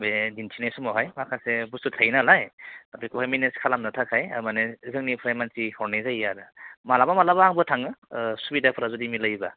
बे दिन्थिनाय समावहाय माखासे बुस्थु थायो नालाय बेखौहाय मेनेज खालामनो थाखाय माने जोंनिफ्राय मानसि हरनाय जायो आरो मालाबा मालाबा आंबो थाङो सुबिदाफ्रा जुदि मिलायोबा